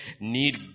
need